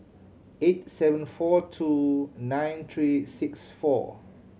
eight seven four two nine three six four